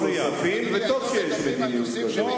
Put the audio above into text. וטוב שיש מדיניות כזאת.